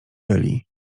byli